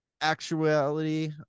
Actuality